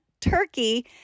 Turkey